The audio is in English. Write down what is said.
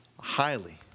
highly